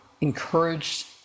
encouraged